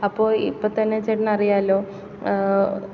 അപ്പോൾ ഇപ്പത്തന്നെ ചേട്ടനറിയാമല്ലൊ